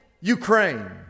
Ukraine